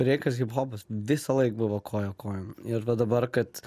breikas hiphopas visąlaik buvo koja kojon ir va dabar kad